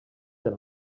del